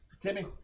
Timmy